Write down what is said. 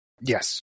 Yes